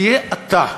תהיה אתה.